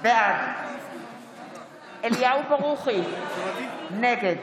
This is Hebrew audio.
בעד אליהו ברוכי, נגד